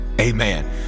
Amen